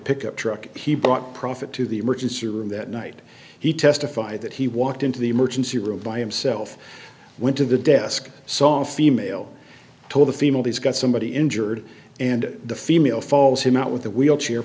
pickup truck he brought prophet to the emergency room that night he testified that he walked into the emergency room by himself went to the desk song female told the female he's got somebody injured and the female falls him out with the wheelchair